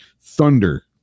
thunder